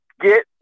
get